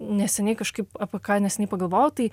neseniai kažkaip apie ką neseniai pagalvojau tai